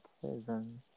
prison